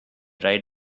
trying